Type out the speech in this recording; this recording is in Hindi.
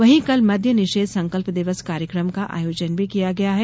वहीं कल मद्य निषेध संकल्प दिवस कार्यक्रम का आयोजन भी किया गया है